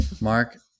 Mark